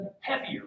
heavier